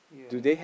yeah